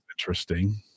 interesting